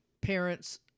parents